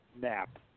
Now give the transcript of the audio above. nap